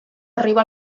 arriba